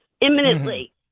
imminently